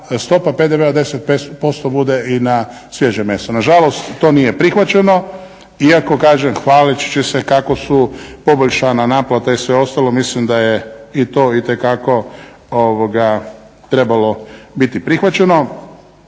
od 10% bude i na svježe meso. Nažalost to nije prihvaćeno iako kažem hvaleći se kako su poboljšana naplata i sve ostalo, mislim da je i to itekako trebalo biti prihvaćeno.